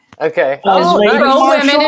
Okay